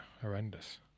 horrendous